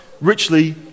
richly